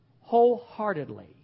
wholeheartedly